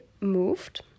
moved